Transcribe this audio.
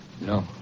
No